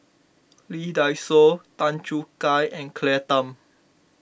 Lee Dai Soh Tan Choo Kai and Claire Tham